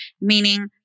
meaning